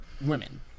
women